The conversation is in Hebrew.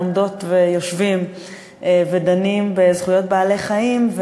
עומדות ויושבים ודנים בזכויות של בעלי-חיים.